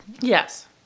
Yes